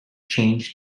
change